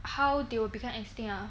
how they will become extinct ah